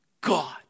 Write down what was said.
God